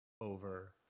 over